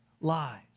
lies